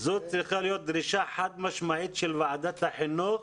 זאת צריכה להיות דרישה חד משמעית של ועדת החינוך,